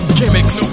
gimmicks